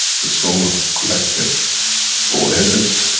the soul of the collective awareness,